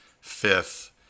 fifth